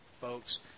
folks